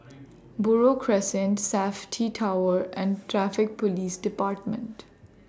Buroh Crescent Safti Tower and Traffic Police department